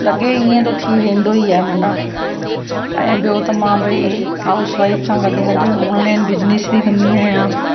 लॻे ईअं थो थी वेंदो ई आहे माना ऐं ॿियो त मां भई हाउसवाइफ सां गॾ गॾ ऑनलाइन बिज़निस बी कंदी आहियां